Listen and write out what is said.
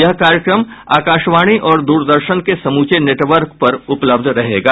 यह कार्यक्रम आकाशवाणी और द्रदर्शन के समूचे नेटवर्क पर उपलब्ध रहेगा